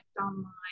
online